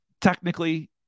Technically